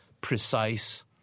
precise